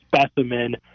specimen